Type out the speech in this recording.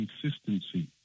consistency